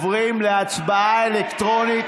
ובכן, עוברים להצבעה אלקטרונית.